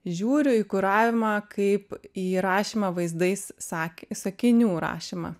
žiūriu į kuravimą kaip į rašymą vaizdais sak sakinių rašymą